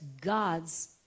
God's